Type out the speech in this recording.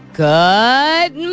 good